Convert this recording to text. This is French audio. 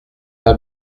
pas